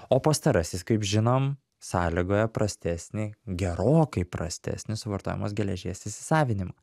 o pastarasis kaip žinom sąlygoja prastesnį gerokai prastesnį suvartojamos geležies įsisavinimą